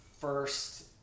first